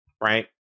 Right